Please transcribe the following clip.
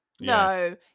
No